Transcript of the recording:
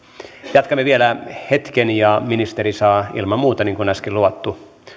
jatkamme vielä hetken ja ministeri saa ilman muuta niin kuin äsken luvattu